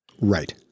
Right